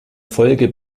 folge